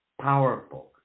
powerful